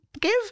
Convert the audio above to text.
give